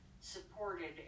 supported